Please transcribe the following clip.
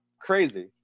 crazy